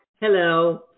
Hello